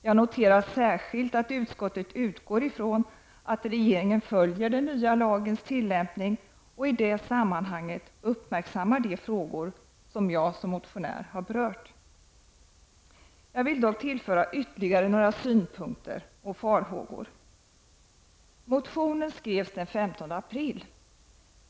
Jag noterar särskilt att utskottet utgår ifrån att regeringen följer den nya lagens tillämpning och i det sammanhanget uppmärksammar de frågor som jag som motionär berört. Jag vill dock tillföra ytterligare några synpunkter och farhågor. Motionen skrevs den 15 april.